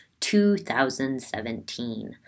2017